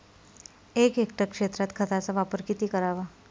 एक हेक्टर क्षेत्रात खताचा वापर किती करावा?